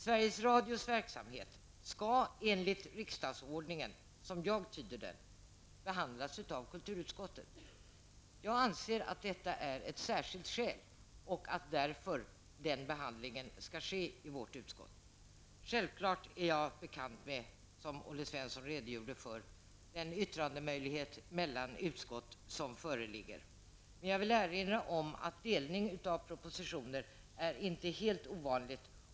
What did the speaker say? Denna skall enligt riksdagsordningen, som jag ser saken, behandlas av kulturutskottet. Jag anser att detta är ett särskilt skäl och att behandlingen av den anledningen bör ske i vårt utskott. Självfallet känner jag till den möjlighet till yttrande mellan utskott som Olle Svensson redogjorde för. Men jag vill erinra om att delning av propositioner inte är helt ovanlig.